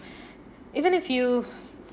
even if you